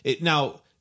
Now